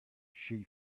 she